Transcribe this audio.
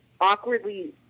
awkwardly